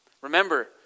Remember